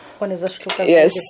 Yes